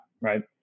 Right